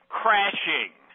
crashing